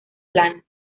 planas